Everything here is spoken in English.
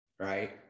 Right